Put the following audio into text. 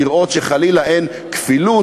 לראות שחלילה אין כפילות,